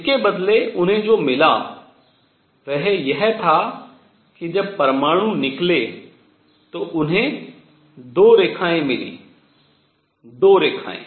इसके बदले उन्हें जो मिला वह यह था कि जब परमाणु निकले तो उन्हें 2 रेखाएँ मिलीं 2 रेखाएँ